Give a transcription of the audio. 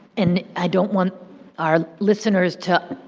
and i don't want our listeners to